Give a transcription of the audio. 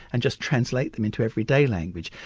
and just translate them into everyday language.